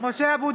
(קוראת בשמות חברי הכנסת) משה אבוטבול,